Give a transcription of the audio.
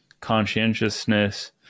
conscientiousness